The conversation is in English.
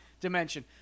dimension